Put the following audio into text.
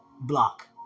block